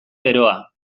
beroa